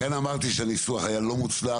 לכן אמרתי שהניסוח היה לא מוצלח,